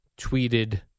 tweeted